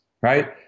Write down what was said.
right